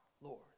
Lord